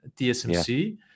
TSMC